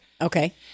Okay